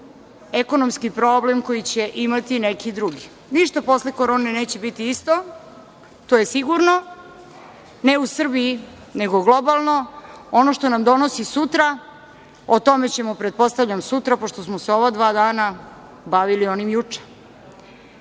ekonomski problem koji će imati neki drugi. Ništa posle Korone neće biti isto, to je sigurno, ne u Srbiji, nego globalno. Ono što nam donosi sutra, o tome ćemo, pretpostavljam, sutra, pošto smo se ova dva dana bavili onim juče. Ono